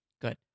Good